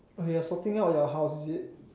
okay you're sorting out your house is it